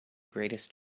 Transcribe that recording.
greatest